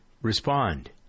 respond